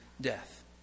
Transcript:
death